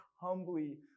humbly